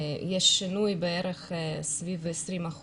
יש שינוי בערך סביב 20%,